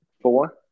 Four